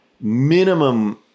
minimum